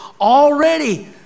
Already